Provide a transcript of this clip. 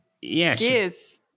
Yes